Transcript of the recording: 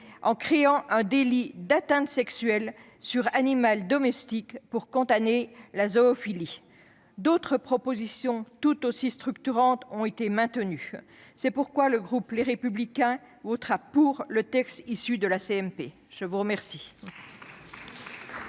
en créant un délit d'atteinte sexuelle sur animal domestique pour condamner la zoophilie. D'autres propositions tout aussi structurantes ont été maintenues. C'est pourquoi le groupe Les Républicains votera le texte issu de la CMP. Conformément